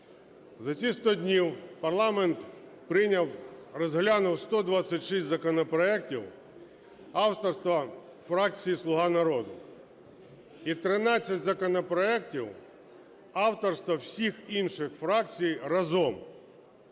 За ці 100 днів парламент прийняв, розглянув 126 законопроектів авторства фракції "Слуга народу" і 13 законопроектів авторства всіх інших фракцій разом.